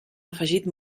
afegit